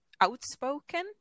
outspoken